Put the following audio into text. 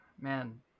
man